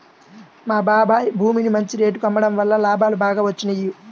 మా బాబాయ్ భూమిని మంచి రేటులో అమ్మడం వల్ల లాభాలు బాగా వచ్చినియ్యి